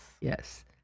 yes